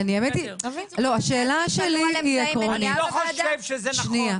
אני לא חושב שזה נכון.